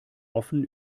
offen